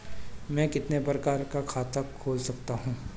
मैं कितने प्रकार का खाता खोल सकता हूँ?